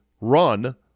run